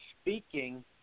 speaking